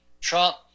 Trump